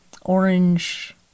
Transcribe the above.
orange